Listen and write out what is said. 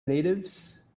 natives